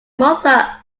mother